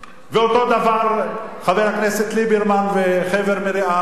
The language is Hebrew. ואותו דבר חבר הכנסת ליברמן וחבר מרעיו,